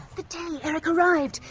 the day eric arrived!